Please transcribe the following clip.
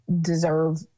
deserve